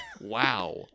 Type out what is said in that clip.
Wow